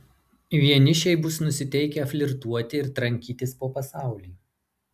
vienišiai bus nusiteikę flirtuoti ir trankytis po pasaulį